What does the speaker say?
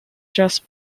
just